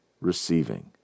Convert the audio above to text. receiving